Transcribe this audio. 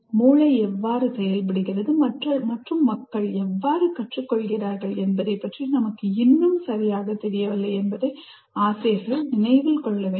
மூளை எவ்வாறு செயல்படுகிறது மற்றும் மக்கள் எவ்வாறு கற்றுக்கொள்கிறார்கள் என்பதைப்பற்றி நமக்கு இன்னும் சரியாக தெரியவில்லை என்பதை ஆசிரியர்கள் நினைவில் கொள்ள வேண்டும்